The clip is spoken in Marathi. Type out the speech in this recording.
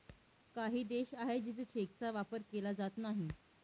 काही देश आहे जिथे चेकचा वापर केला जात नाही